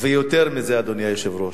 יותר מזה, אדוני היושב-ראש,